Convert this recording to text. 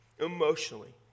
emotionally